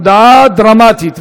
הודעה דרמטית.